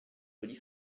jolie